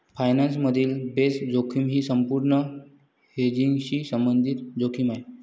finance मधील base जोखीम ही अपूर्ण हेजिंगशी संबंधित जोखीम आहे